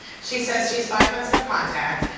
she says she's five months no contact,